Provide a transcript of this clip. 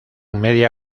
media